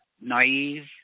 naive